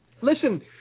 Listen